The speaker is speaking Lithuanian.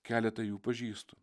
keletą jų pažįstu